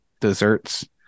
desserts